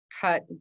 cut